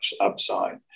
upside